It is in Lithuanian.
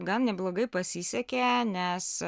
gan neblogai pasisekė nes